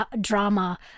drama